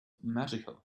magical